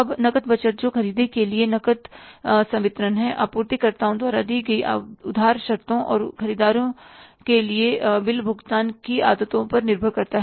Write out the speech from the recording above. अब नकद बजट जो खरीदी के लिए नकद संवितरण है आपूर्तिकर्ताओं द्वारा दी गई उधार शर्तों और खरीदारों के बिल भुगतान की आदतों पर निर्भर करता है